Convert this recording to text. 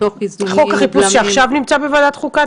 את מדברת על חוק החיפוש שעכשיו נמצא בוועדת חוקה?